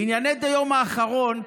ענייני דיומא האחרון,